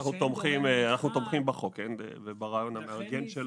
--- לכן אנחנו תומכים בחוק וברעיון המארגן שלו.